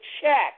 check